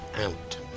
out